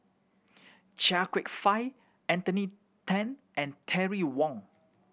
Chia Kwek Fah Anthony Then and Terry Wong